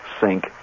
sink